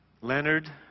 Leonard